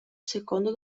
secondo